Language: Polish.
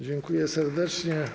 Dziękuję serdecznie.